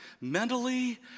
mentally